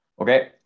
Okay